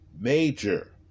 major